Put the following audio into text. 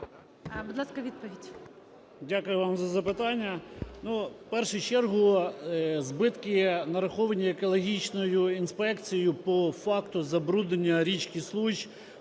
Дякую вам за запитання. Ну, в першу чергу збитки нараховані екологічною інспекцією по факту забруднення річки Случ.